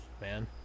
man